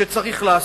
שצריך לעשות.